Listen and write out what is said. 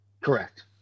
Correct